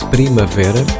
Primavera